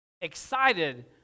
excited